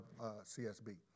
CSB